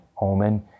omen